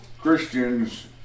Christians